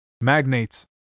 Magnates